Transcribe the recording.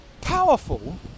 powerful